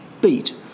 beat